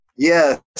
Yes